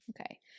Okay